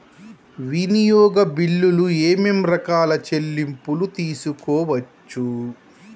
వినియోగ బిల్లులు ఏమేం రకాల చెల్లింపులు తీసుకోవచ్చు?